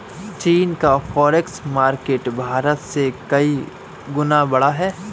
चीन का forex market Bharat से कई गुना बड़ा है